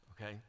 okay